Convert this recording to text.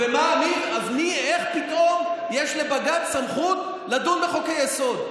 אז איך פתאום יש לבג"ץ סמכות לדון בחוקי-יסוד?